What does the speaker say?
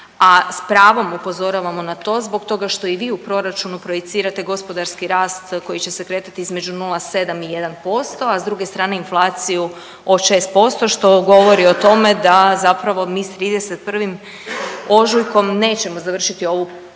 a s pravom upozoravamo na to zbog toga što i vi u proračunu projicirate gospodarski rast koji će se kretati između 0,7 i 1%, a s druge strane inflaciju od 6%, što govori o tome da zapravo mi s 31. ožujkom nećemo završiti ovu priču